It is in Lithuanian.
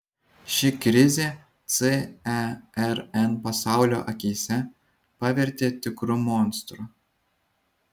ši krizė cern pasaulio akyse pavertė tikru monstru